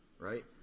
right